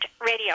radio